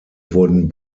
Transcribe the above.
wurden